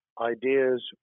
ideas